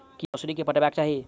की मौसरी केँ पटेबाक चाहि?